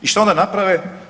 I šta onda naprave?